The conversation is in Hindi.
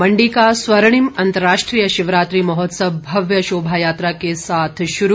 मण्डी का स्वर्णिम अंतर्राष्ट्रीय शिवरात्रि महोत्सव भव्य शोभा यात्रा के साथ शुरू